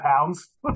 pounds